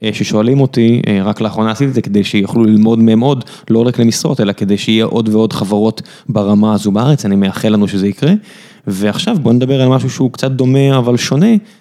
ששואלים אותי, רק לאחרונה עשיתי את זה, כדי שיוכלו ללמוד ממוד, לא רק למשרות, אלא כדי שיהיה עוד ועוד חברות ברמה הזו בארץ, אני מאחל לנו שזה יקרה. ועכשיו בוא נדבר על משהו שהוא קצת דומה, אבל שונה.